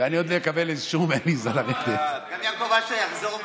גם יעקב אשר יחזור,